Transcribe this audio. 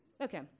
Okay